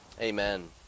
amen